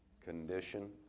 condition